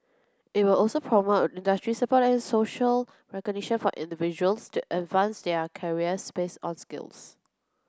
it will also promote industry support and social recognition for individuals to advance their careers based on skills